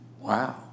Wow